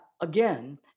again